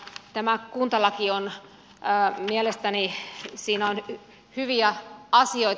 tässä kuntalaissa on mielestäni hyviä asioita